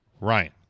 Ryan